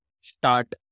start